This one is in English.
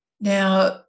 now